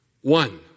One